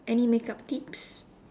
any makeup tips